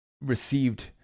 received